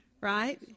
Right